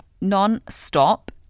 non-stop